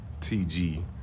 TG